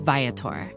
Viator